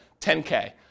10K